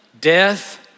death